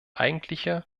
eigentliche